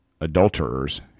adulterers